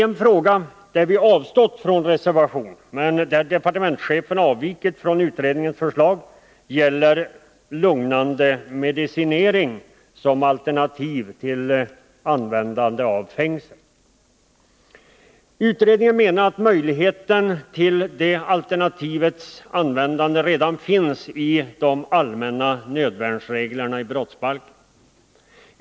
En fråga, där vi har avstått från att reservera oss men där departementschefen har avvikit från utredningens förslag, gäller lugnande medicinering som alternativ till användandet av fängsel. Utredningen menade att möjligheten till det alternativets användande redan finns i de allmänna nödvärnsreglerna i brottsbalken.